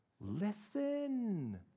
Listen